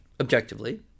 objectively